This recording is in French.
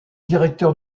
directeur